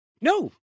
no